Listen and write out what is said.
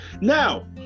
Now